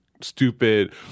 stupid